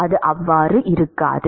மாணவர் ஆனால் இருக்கிறது